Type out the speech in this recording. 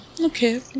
Okay